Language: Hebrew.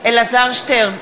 אלעזר שטרן,